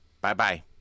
Bye-bye